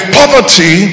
poverty